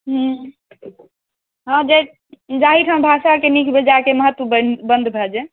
हँ जाहिठाम भाषाके नीक बेजायके महत्व बन्द भऽ जाइ